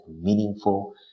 meaningful